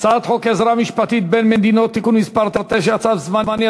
הצעת חוק עזרה משפטית בין מדינות (תיקון מס' 9) (צו זמני),